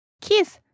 kiss